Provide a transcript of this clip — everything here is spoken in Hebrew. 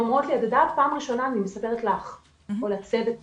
והם אומרים לי: פעם ראשונה אני מספר לך או לצוות שלך.